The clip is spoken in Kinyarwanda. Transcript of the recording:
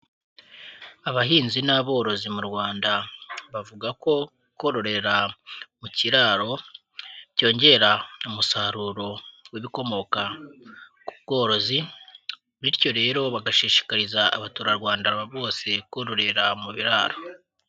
Abahinzi n'aborozi mu Rwanda, bavuga ko kororera mu kiraro byongera umusaruro w'ibikomoka ku bworozi, bityo rero bagashishikariza Abaturarwanda bose kororera mu biraro.